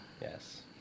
Yes